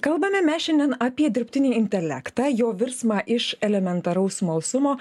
kalbame mes šiandien apie dirbtinį intelektą jo virsmą iš elementaraus smalsumo